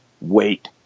wait